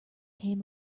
came